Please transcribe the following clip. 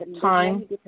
Time